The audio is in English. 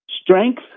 Strength